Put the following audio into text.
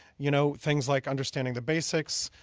you know things like understanding the basics,